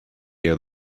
out